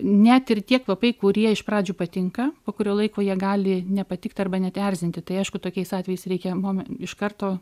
net ir tie kvapai kurie iš pradžių patinka po kurio laiko jie gali nepatikt arba net erzinti tai aišku tokiais atvejais reikia mum iš karto